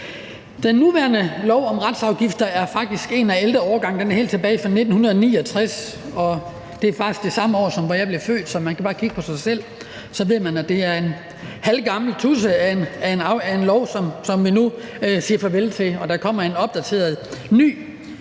Den nuværende lov om retsafgifter er faktisk af en ældre årgang – den er helt tilbage fra 1969 – og det er faktisk samme år, som jeg blev født. Så man kan bare se på sig selv, så ved man, at det er en halvgammel tudse af en lov, som vi nu siger farvel til, og der kommer så en opdateret, ny